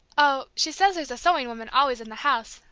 oh, she says there's a sewing woman always in the house,